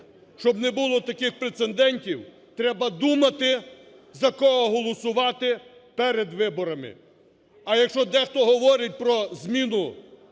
щоб не було таких прецедентів, треба думати за кого голосувати перед виборами. А якщо дехто говорить про зміну